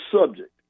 subject